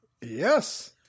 yes